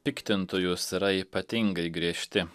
piktintojus yra ypatingai griežti